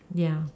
ya